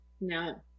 No